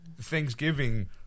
Thanksgiving